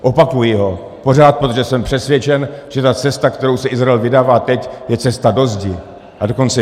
Opakuji ho pořád, protože jsem přesvědčen, že ta cesta, kterou se Izrael vydává teď, je cesta do zdi.